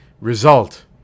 result